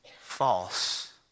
false